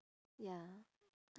ya